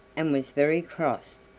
and was very cross,